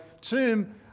tomb